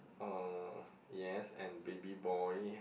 uh yes and baby boy